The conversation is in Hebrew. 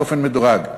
באופן מדורג.